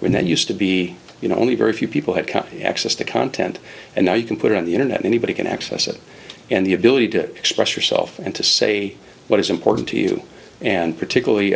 when that used to be you know only very few people had come access to content and now you can put it on the internet anybody can access it and the ability to express yourself and to say what is important to you and particularly